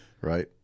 Right